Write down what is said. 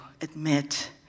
admit